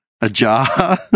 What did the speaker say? ajar